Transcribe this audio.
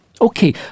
Okay